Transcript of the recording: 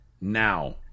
now